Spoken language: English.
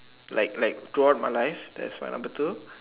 like like throughout my life that's my number two